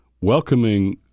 welcoming